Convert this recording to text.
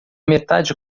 metade